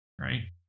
right